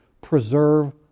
preserve